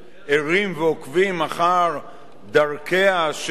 דרכיה של הפרשה הזו,